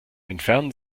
entfernen